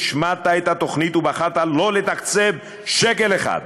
השמדת את התוכנית ובחרת לא לתקצב שקל אחד.